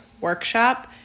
workshop